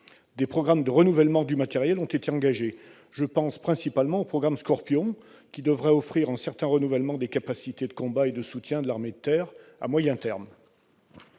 Des programmes de renouvellement du matériel ont été engagés ; je pense principalement au programme Scorpion, qui devrait offrir un certain renouvellement des capacités de combat et de soutien de l'armée de terre à moyen terme.